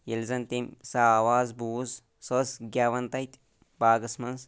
ییٚلہِ زَن تٔمۍ سۄ آواز بوٗز سۄ ٲس گٮ۪وان تَتہِ باغس منٛز